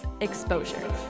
Exposure